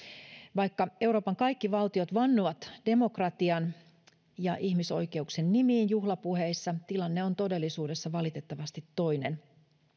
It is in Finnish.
vaikka euroopan kaikki valtiot vannovat demokratian ja ihmisoikeuksien nimiin juhlapuheissa tilanne on todellisuudessa valitettavasti toinen